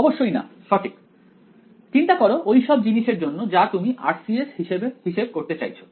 অবশ্যই না সঠিক চিন্তা করো ঐসব জিনিসের জন্য যার তুমি RCS হিসেব করতে চাইছো